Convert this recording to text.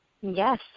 Yes